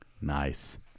Nice